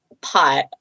pot